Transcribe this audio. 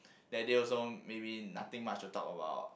that day also maybe nothing much to talk about